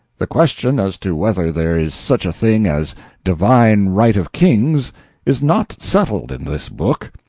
the question as to whether there is such a thing as divine right of kings is not settled in this book.